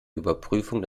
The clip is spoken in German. überprüfung